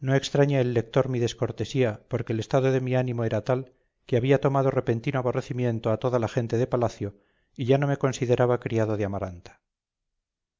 no extrañe el lector mi descortesía porque el estado de mi ánimo era tal que había tomado repentino aborrecimiento a toda la gente de palacio y ya no me consideraba criado de amaranta